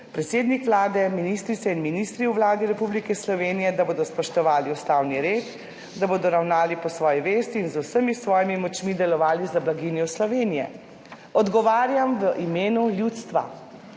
predsednik Vlade, ministrice in ministri v Vladi Republike Slovenije, da bodo spoštovali ustavni red, da bodo ravnali po svoji vesti in z vsemi svojimi močmi delovali za blaginjo Slovenije? Odgovarjam v imenu ljudstva.